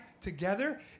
together